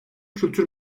kültür